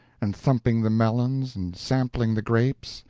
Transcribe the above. and thumping the melons, and sampling the grapes,